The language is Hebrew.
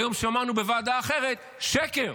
היום שמענו בוועדה אחרת, שקר.